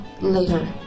later